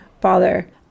bother